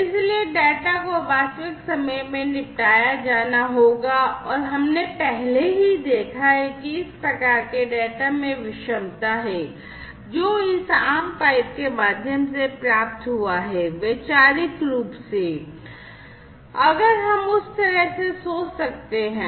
इसलिए डेटा को वास्तविक समय में निपटाया जाना होगा और हमने पहले ही देखा है कि इस प्रकार के डेटा में विषमता है जो इस आम पाइप के माध्यम से प्राप्त हुआ है वैचारिक रूप से अगर हम उस तरह से सोच सकते हैं